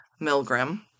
Milgram